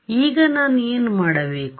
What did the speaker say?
ಆದ್ದರಿಂದ ಈಗ ನಾನು ಏನು ಮಾಡಬೇಕು